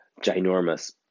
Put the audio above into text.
ginormous